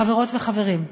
חברות וחברים,